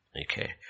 Okay